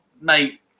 mate